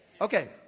Okay